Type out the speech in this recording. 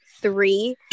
three